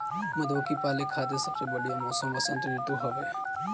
मधुमक्खी पाले खातिर सबसे बढ़िया मौसम वसंत ऋतू के हवे